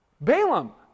Balaam